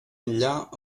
enllà